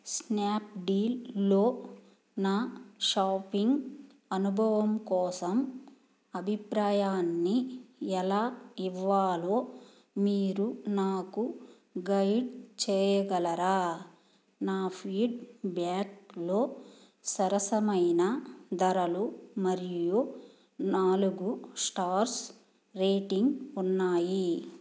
స్న్యాప్డీల్లో నా షాపింగ్ అనుభవం కోసం అభిప్రాయాన్ని ఎలా ఇవ్వాలో మీరు నాకు గైడ్ చేయగలరా నా ఫీడ్బ్యాక్లో సరసమైన ధరలు మరియు నాలుగు స్టార్స్ రేటింగ్ ఉన్నాయి